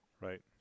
Right